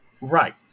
Right